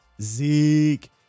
Zeke